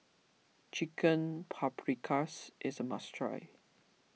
Chicken Paprikas is a must try